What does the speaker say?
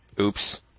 oops